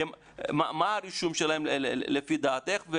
מה הרישום שלהם לפי דעתך?